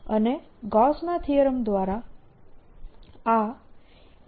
અને ગૌસના થીયરમ દ્વારા આ M